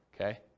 okay